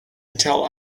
until